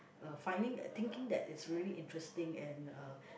uh finding uh thinking that is really interesting and uh